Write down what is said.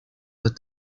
with